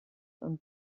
und